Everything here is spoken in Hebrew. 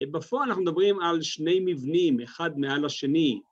‫בפועל אנחנו מדברים על שני מבנים, ‫אחד מעל השני.